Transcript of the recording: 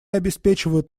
обеспечивают